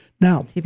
Now